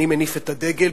אני מניף את הדגל,